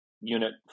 unit